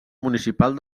municipal